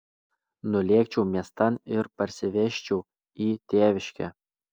nulėkčiau miestan ir parsivežčiau į tėviškę